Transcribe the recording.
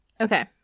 Okay